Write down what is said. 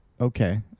okay